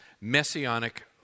messianic